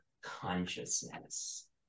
consciousness